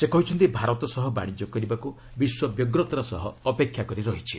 ସେ କହିଛନ୍ତି ଭାରତ ସହ ବାଣିଜ୍ୟ କରିବାକୁ ବିଶ୍ୱ ବ୍ୟଗ୍ରତାର ସହ ଅପେକ୍ଷା କରି ରହିଛି